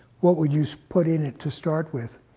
what would you so put in it to start with?